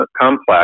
complex